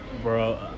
Bro